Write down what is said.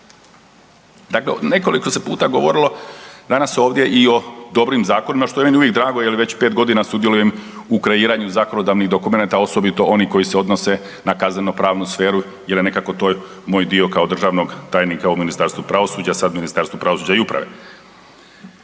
Dakle nekoliko puta se govorilo danas ovdje i o dobrim zakonima, što je meni uvijek drago jer već 5 godina sudjelujem u kreiranju zakonodavnih dokumenata, osobito onih koji se odnose na kazneno pravnu sferu jer je nekako to moj dio kao državnog tajnika u Ministarstvu pravosuđa, sad Ministarstvu pravosuđa i uprave.